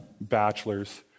bachelor's